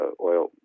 oil